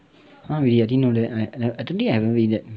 !huh! really ah I didn't know that I I I don't think I have ever used that